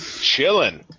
Chilling